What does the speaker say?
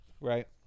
right